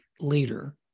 later